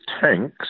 tanks